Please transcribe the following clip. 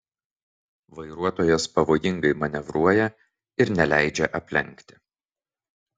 vairuotojas pavojingai manevruoja ir neleidžia aplenkti